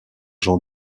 jean